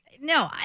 no